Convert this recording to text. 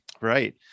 Right